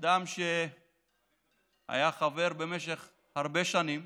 אדם שהיה חבר במשך הרבה שנים.